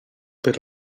per